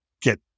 get